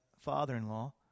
father-in-law